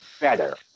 better